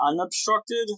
unobstructed